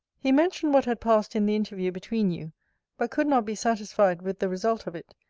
he mentioned what had passed in the interview between you but could not be satisfied with the result of it,